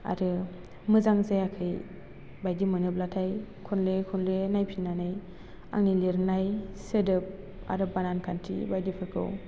आरो मोजां जायाखै बायदि मोनोब्लाथाय खनले खनले नायफिनानै आंनि लिरनाय सोदोब आरो बानान खान्थि बायदिफोरखौ